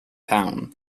town